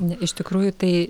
ne iš tikrųjų tai